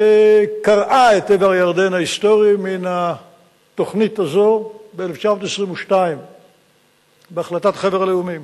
קרעה את עבר הירדן ההיסטורי מהתוכנית הזאת ב-1922 בהחלטת חבר הלאומים.